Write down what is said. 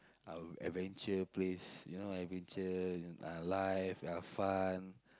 uh adventure place you know adventure uh life ya fun